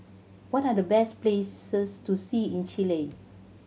what are the best places to see in Chile